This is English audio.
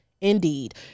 indeed